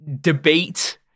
debate